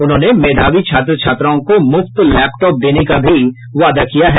उन्होंने मेधावी छात्र छात्राओं को मुफ्त लैपटॉप देने का भी वादा किया है